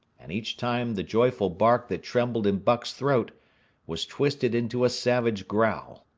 and each time the joyful bark that trembled in buck's throat was twisted into a savage growl.